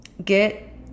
get